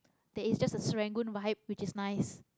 there is just a Serangoon vibe which is nice